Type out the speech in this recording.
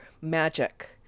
magic